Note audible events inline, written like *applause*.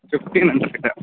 fifteen *unintelligible*